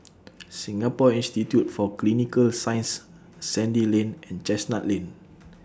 Singapore Institute For Clinical Sciences Sandy Lane and Chestnut Lane